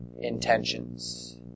intentions